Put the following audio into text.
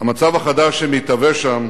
המצב החדש שמתהווה שם